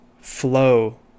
flow